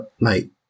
mate